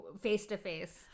face-to-face